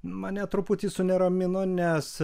mane truputį suneramino nes